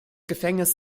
gefängnis